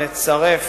נצרף